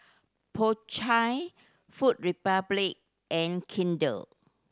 Po Chai Food Republic and Kinder